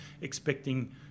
expecting